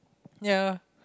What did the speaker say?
ya